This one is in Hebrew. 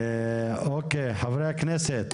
חברי הכנסת,